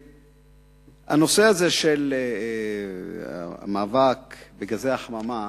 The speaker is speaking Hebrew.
הנושא הזה של המאבק בגזי החממה